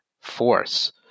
force